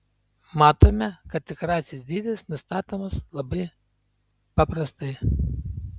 matome kad tikrasis dydis nustatomas labai paprastai